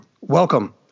welcome